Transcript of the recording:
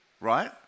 Right